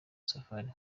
safari